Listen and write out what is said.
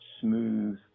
smooth